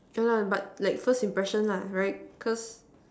yeah lah but like first impression lah right cause